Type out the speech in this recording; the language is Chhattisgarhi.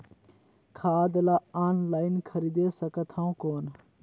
खाद ला ऑनलाइन खरीदे सकथव कौन?